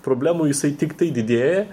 problemų jisai tiktai didėja